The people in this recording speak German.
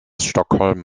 stockholm